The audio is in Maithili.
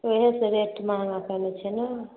वएह से रेट महगा कएने छिए नहि